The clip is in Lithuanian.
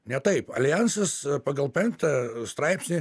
ne taip aljansas pagal penktą straipsnį